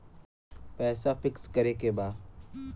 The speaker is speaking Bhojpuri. पैसा पिक्स करके बा?